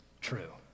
true